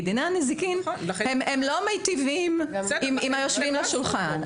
דיני הנזיקין לא מיטיבים עם היושבים בשולחן.